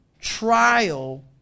trial